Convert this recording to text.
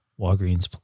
Walgreens